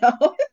no